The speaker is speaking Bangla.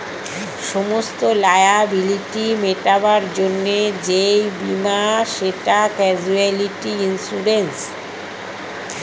সমস্ত লায়াবিলিটি মেটাবার জন্যে যেই বীমা সেটা ক্যাজুয়ালটি ইন্সুরেন্স